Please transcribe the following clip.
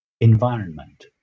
environment